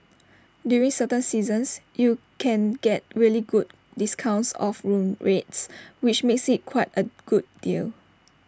during certain seasons you can get really good discounts off room rates which makes IT quite A good deal